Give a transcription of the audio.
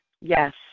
Yes